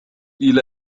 إلى